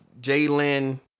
Jalen